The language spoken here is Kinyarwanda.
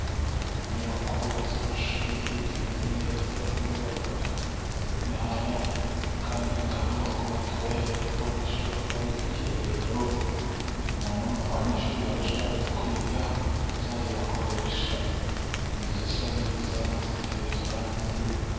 Inyubako z'amashuri zimeze neza, barimo barubaka akandi kanyubako gatoya hepfo, gashobora kuba ari ubwiherero, umuntu, abanyeshuri baraja baraza kwiga, bazajya bakoresha, inzu zisa neza, ziteye uturangi.